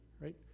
right